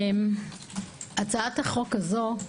הצעת החוק הזו,